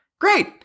Great